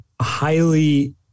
highly